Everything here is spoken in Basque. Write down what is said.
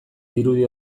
dirudi